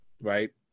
right